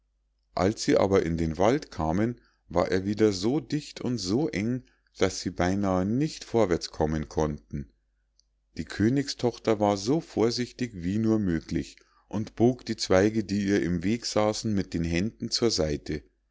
als sie aber in den wald kamen war er wieder so dicht und so eng daß sie beinahe nicht vorwärts kommen konnten die königstochter war so vorsichtig wie nur möglich und bog die zweige die ihr im wege saßen mit den händen zur seite